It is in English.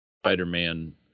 Spider-Man